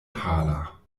pala